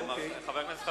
חבר הכנסת חסון,